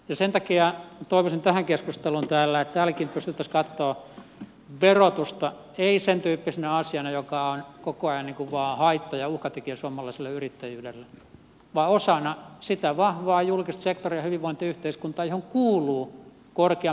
sen takia toivoisin tähän keskusteluun täällä että täälläkin pystyttäisiin katsomaan verotusta ei sen tyyppisenä asiana joka on koko ajan vain haitta ja uhkatekijä suomalaiselle yrittäjyydelle vaan osana sitä vahvaa julkista sektoria ja hyvinvointiyhteiskuntaa johon kuuluu korkeampi veroaste